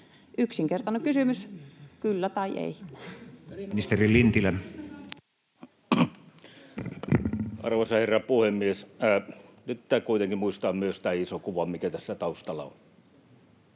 hintakattoa vai ettekö?] Ministeri Lintilä. Arvoisa herra puhemies! Nyt pitää kuitenkin muistaa myös tämä iso kuva, mikä tässä taustalla on.